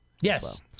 Yes